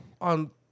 on